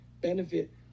benefit